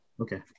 Okay